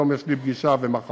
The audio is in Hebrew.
היום יש לי פגישה ומחר,